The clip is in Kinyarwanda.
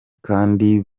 kandi